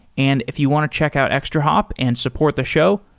and if you want to check out extrahop and support the show,